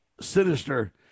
sinister